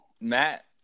Matt